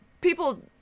people